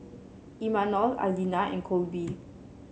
Imanol Aleena and Colby